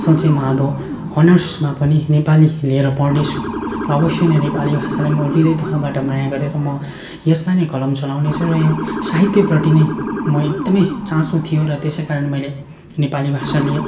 सोचे म अब अनर्समा पनि नेपाली लिएर पढ्नेछु र अवश्य नै नेपाली भाषालाई म हृदय तहबाट माया गरेर यसमा नै कलम चलाउनेछु र यो साहित्यप्रति नै म एकदमै चासो थियो र त्यसै कारण मैले नेपाली भाषा लिएँ